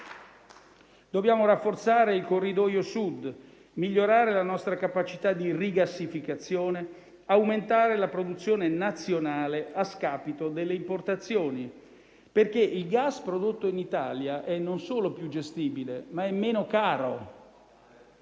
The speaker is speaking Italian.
Dobbiamo rafforzare il Corridoio Sud, migliorare la nostra capacità di rigassificazione e aumentare la produzione nazionale a scapito delle importazioni. Il gas prodotto in Italia non è infatti solo più gestibile, ma è meno caro.